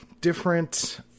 different